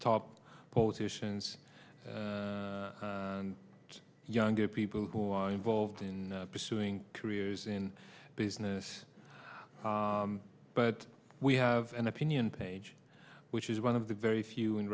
top politicians and younger people who are involved in pursuing careers in business but we have an opinion page which is one of the very few